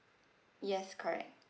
yes correct